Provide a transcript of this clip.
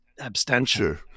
abstention